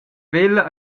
vella